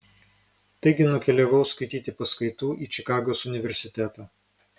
taigi nukeliavau skaityti paskaitų į čikagos universitetą